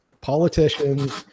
politicians